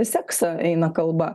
seksą eina kalba